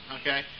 Okay